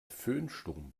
föhnsturm